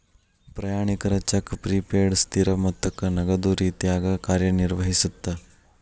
ಪ್ರಯಾಣಿಕರ cheque prepaid ಸ್ಥಿರ ಮೊತ್ತಕ್ಕ ನಗದ ರೇತ್ಯಾಗ ಕಾರ್ಯನಿರ್ವಹಿಸತ್ತ